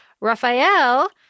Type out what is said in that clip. Raphael